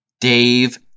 Dave